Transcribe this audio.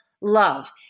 love